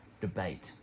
debate